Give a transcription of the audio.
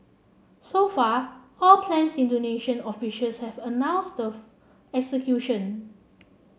so far all plans Indonesian officials have announced of execution